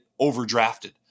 overdrafted